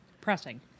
Pressing